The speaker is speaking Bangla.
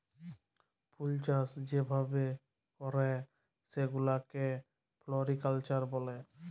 ফুলচাষ যে ভাবে ক্যরে সেগুলাকে ফ্লরিকালচার ব্যলে